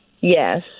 Yes